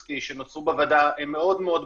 ששינסקי שנוצרו בוועדה הם מאוד מאוד ברורים,